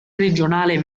regionale